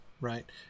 right